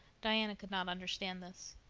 diana could not understand this.